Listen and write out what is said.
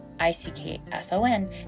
I-C-K-S-O-N